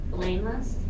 Blameless